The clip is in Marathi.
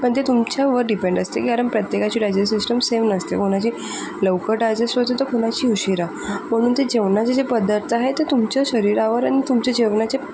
पण ते तुमच्यावर डिपेंड असते कारण प्रत्येकाची डायजेस्टिव्ह सिस्टिम सेम नसते कोणाची लवकर डायजेस्ट होते तर कुणाची उशिरा म्हणून ते जेवणाचे जे पदार्थ आहे ते तुमच्या शरीरावर आणि तुमच्या जेवणाच्या